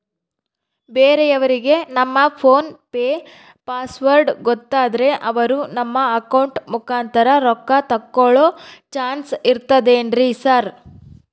ಬೇರೆಯವರಿಗೆ ನಮ್ಮ PhonePe password ಗೊತ್ತಾದ್ರೆ ಅವರು ನಮ್ಮ ಅಕೌಂಟ್ ಮುಖಾಂತರ ರೊಕ್ಕ ತಕ್ಕೊಳ್ಳೋ ಚಾನ್ಸ್ ಇರ್ತದೆನ್ರಿ ಸರ್?